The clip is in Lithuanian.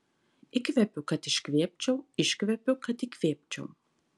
įkvepiu kad iškvėpčiau iškvepiu kad įkvėpčiau